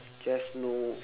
just know